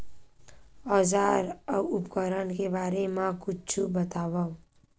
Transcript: औजार अउ उपकरण के बारे मा कुछु बतावव?